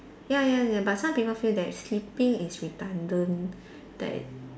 ya ya ya but some people feel that sleeping is redundant that